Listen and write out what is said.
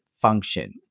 function